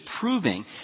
proving